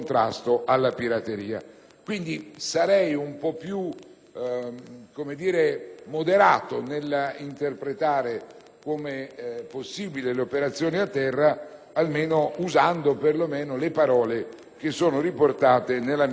Quindi sarei più moderato nell'interpretare come possibili le operazioni a terra, usando perlomeno le parole che sono riportate nella